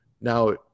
now